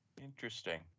Interesting